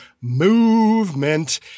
movement